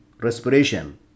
respiration